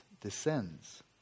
descends